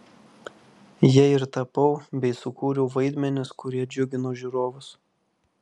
ja ir tapau bei sukūriau vaidmenis kurie džiugino žiūrovus